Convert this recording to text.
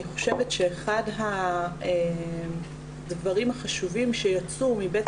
אני חושבת שאחד הדברים החשובים שיצאו מבית